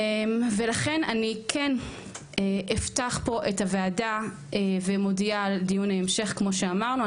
ולכן אני כן אפתח פה את הוועדה ומודיעה על דיון ההמשך כמו שאמרנו,